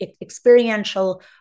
experiential